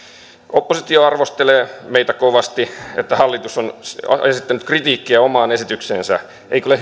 oppositio arvostelee meitä kovasti että hallitus on esittänyt kritiikkiä omaan esitykseensä eikö ole